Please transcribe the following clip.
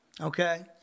okay